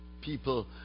people